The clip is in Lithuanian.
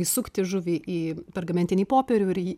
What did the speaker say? įsukti žuvį į pergamentinį popierių ir jį